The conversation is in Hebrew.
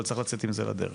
אבל צריך לצאת עם זה לדרך.